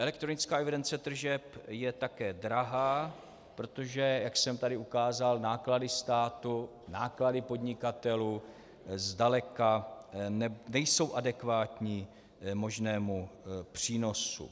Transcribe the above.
Elektronická evidence tržeb je také drahá, protože jak jsem tady ukázal, náklady státu, náklady podnikatelů zdaleka nejsou adekvátní možnému přínosu.